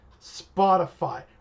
Spotify